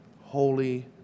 Holy